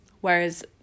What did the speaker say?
whereas